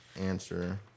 answer